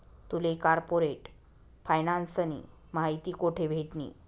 तुले कार्पोरेट फायनान्सनी माहिती कोठे भेटनी?